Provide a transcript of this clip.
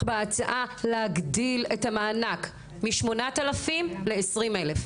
בהצעה להגדיל את המענק מ-8,000 ל-20,000.